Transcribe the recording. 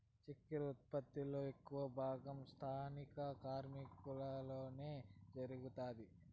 చక్కర ఉత్పత్తి లో ఎక్కువ భాగం స్థానిక కర్మాగారాలలోనే జరుగుతాది